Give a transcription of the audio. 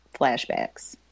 flashbacks